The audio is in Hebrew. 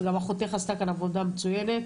גם אחותך עשתה כאן עבודה מצוינת.